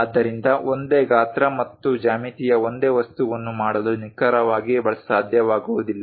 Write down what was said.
ಆದ್ದರಿಂದ ಒಂದೇ ಗಾತ್ರ ಮತ್ತು ಜ್ಯಾಮಿತಿಯ ಒಂದೇ ವಸ್ತುವನ್ನು ಮಾಡಲು ನಿಖರವಾಗಿ ಸಾಧ್ಯವಾಗುವುದಿಲ್ಲ